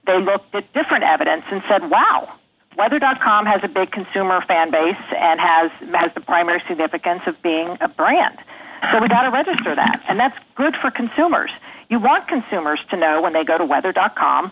that different evidence and said wow weather dot com has a big consumer fan base and has as the primary significance of being a brand with how to register that and that's good for consumers you want consumers to know when they go to weather dot com